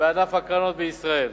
בענף הקרנות בישראל.